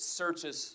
searches